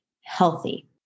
healthy